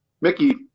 Mickey